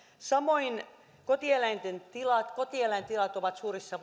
samoin kotieläintilat kotieläintilat ovat suurissa